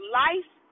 life